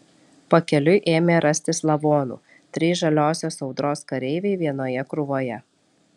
pakeliui ėmė rastis lavonų trys žaliosios audros kareiviai vienoje krūvoje